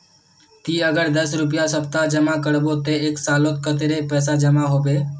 ती अगर दस रुपया सप्ताह जमा करबो ते एक सालोत कतेरी पैसा जमा होबे बे?